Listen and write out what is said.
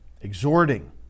exhorting